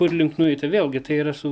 kurlink nueita vėlgi tai yra su